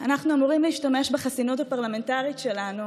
אנחנו אמורים להשתמש בחסינות הפרלמנטרית שלנו